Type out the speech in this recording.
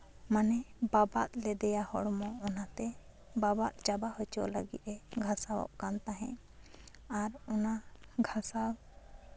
ᱢᱟᱱᱮ ᱵᱟᱵᱟᱫ ᱞᱮᱫᱮᱭᱟ ᱦᱚᱲᱢᱚ ᱚᱱᱟᱛᱮ ᱵᱟᱵᱟᱫ ᱪᱟᱵᱟ ᱦᱚᱪᱚ ᱞᱟᱹᱜᱤᱫ ᱮ ᱜᱷᱟᱥᱟᱣᱚᱜ ᱛᱟᱦᱮᱸᱜ ᱟᱨ ᱚᱱᱟ ᱜᱷᱟᱥᱟᱣ